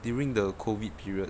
during the COVID period